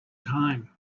time